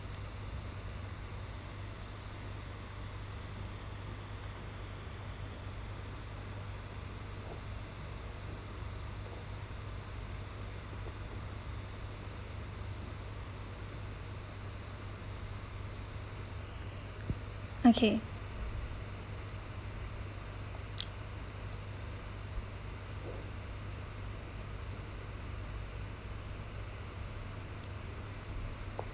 okay